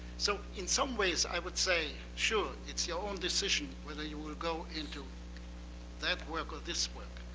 so in some ways, i would say, sure, it's your own decision whether you will go into that work or this work.